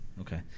Okay